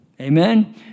Amen